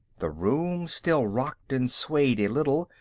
the room still rocked and swayed a little,